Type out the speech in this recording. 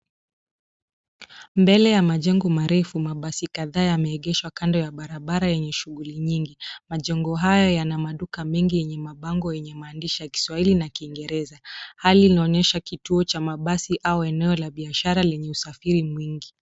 Mbele ya majengo marefu, mabasi kadhaa yameegeshwa kando ya barabara yenye shughuli nyingi. Majengo haya yana maduka mengi yenye mabango yenye maandishi ya kiswahili na kiingereza. Hali inaonyesha kituo cha mabasi au eneo la biashara lenye usafiri mwingi.